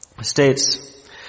states